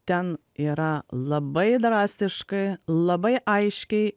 ten yra labai drastiškai labai aiškiai